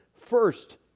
first